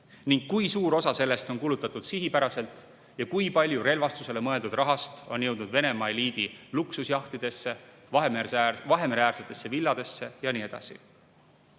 ning kui suur osa sellest on kulutatud sihipäraselt ja kui palju relvastusele mõeldud rahast on jõudnud Venemaa eliidi luksusjahtidesse, Vahemere-äärsetesse villadesse ja nii edasi.